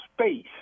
space